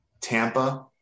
Tampa